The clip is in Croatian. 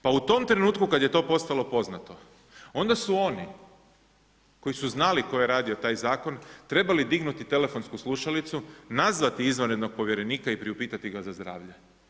Pa u tom trenutku kad je to postalo poznato, onda su oni koji su znali tko je radio taj Zakon, trebali dignuti telefonsku slušalicu, nazvati izvanrednog povjerenika i priupitati ga za zdravlje.